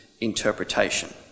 interpretation